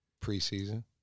preseason